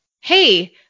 Hey